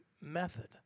method